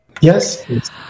Yes